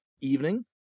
evening